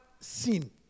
seen